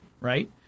right